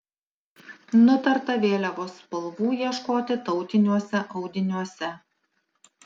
nutarta vėliavos spalvų ieškoti tautiniuose audiniuose